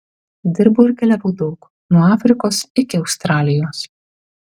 dirbau ir keliavau daug nuo afrikos iki australijos